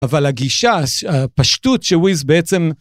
אבל הגישה, הפשטות שוויז בעצם...